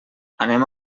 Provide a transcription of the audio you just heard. anem